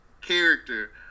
character